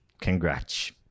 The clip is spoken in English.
Congrats